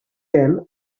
can